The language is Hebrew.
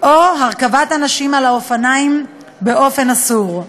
או הרכבת אנשים על האופניים באופן אסור,